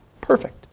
perfect